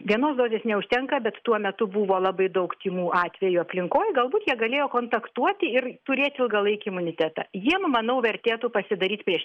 vienos dozės neužtenka bet tuo metu buvo labai daug tymų atvejų aplinkoj galbūt jie galėjo kontaktuoti ir turėti ilgalaikį imunitetą jiem manau vertėtų pasidaryt prieš